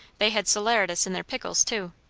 they had salaratus in their pickles too.